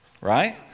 right